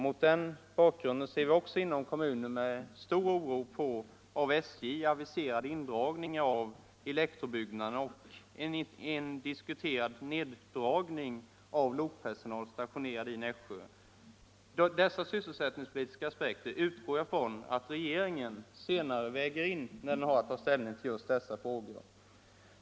Mot den bakgrunden ser = undersökning vid vi inom kommunen också med stor oro på av SJ aviserad indragning fastställande av av elektrobyggnaderna och en diskuterad neddragning av lokpersonal = faderskap stationerad i Nässjö. Jag utgår ifrån att regeringen senare väger in dessa sysselsättningspolitiska aspekter när den har att ta ställning till dessa frågor.